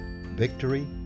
victory